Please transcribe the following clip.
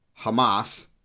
Hamas